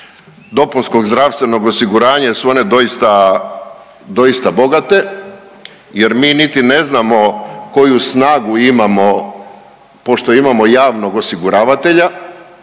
spoznaje što imam oko DZO-a jer su one doista bogate jer mi niti ne znamo koju snagu imamo pošto imamo javnog osiguravatelja,